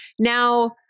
Now